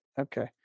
Okay